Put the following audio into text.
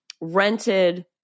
rented